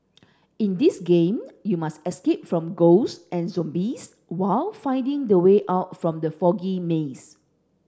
in this game you must escape from ghost and zombies while finding the way out from the foggy maze